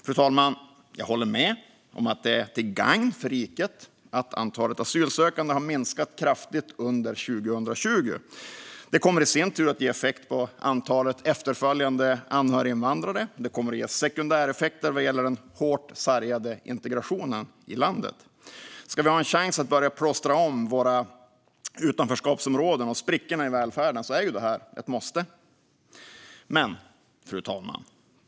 Fru talman! Jag håller med om att det är till gagn för riket att antalet asylsökande har minskat kraftigt under 2020. Det kommer i sin tur att ge effekt på antalet efterföljande anhöriginvandrare, och det kommer att ge sekundäreffekter vad gäller den hårt sargade integrationen i landet. Ska vi ha en chans att börja plåstra om våra utanförskapsområden och sprickorna i välfärden är detta ett måste.